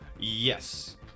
Yes